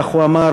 כך הוא אמר,